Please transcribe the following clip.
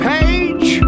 Page